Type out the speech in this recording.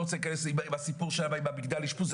רוצה להיכנס לסיפור שם עם מגדל האשפוז,